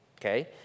okay